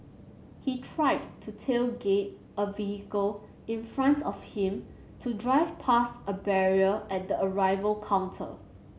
he tried to tailgate a vehicle in front of him to drive past a barrier at the arrival counter